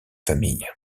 famille